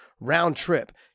Round-trip